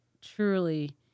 truly